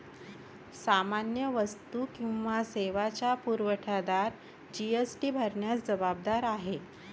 सामान्य वस्तू किंवा सेवांचा पुरवठादार जी.एस.टी भरण्यास जबाबदार आहे